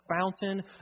fountain